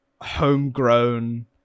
homegrown